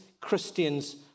Christians